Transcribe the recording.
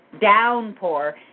downpour